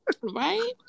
Right